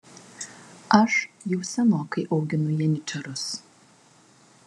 aš jau senokai auginu janyčarus